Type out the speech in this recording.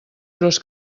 gros